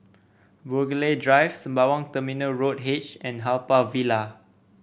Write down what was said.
Burghley Drive Sembawang Terminal Road H and Haw Par Villa